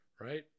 right